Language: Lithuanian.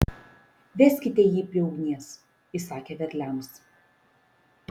veskite jį prie ugnies įsakė vedliams